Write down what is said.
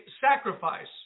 sacrifice